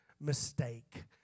mistake